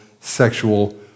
sexual